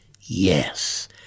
yes